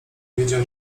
wiedział